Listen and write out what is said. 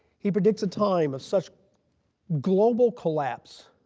he predicts a time of such global collapse